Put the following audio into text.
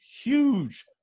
huge